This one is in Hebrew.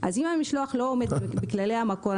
אם המשלוח לא עומד בכללי המקור,